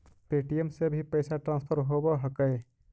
Paytm से भी पैसा ट्रांसफर होवहकै?